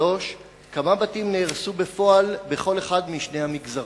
3. כמה בתים נהרסו בפועל בכל אחד משני המגזרים?